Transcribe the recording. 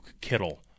Kittle